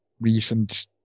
recent